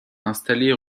installés